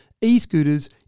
e-scooters